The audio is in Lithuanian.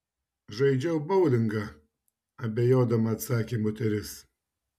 žaidžiau boulingą abejodama atsakė moteris